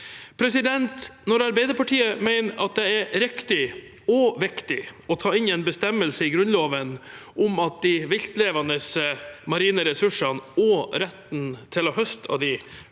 Grunnloven. Når Arbeiderpartiet mener at det er riktig og viktig å ta inn en bestemmelse i Grunnloven om at de viltlevende marine ressursene og retten til å høste av dem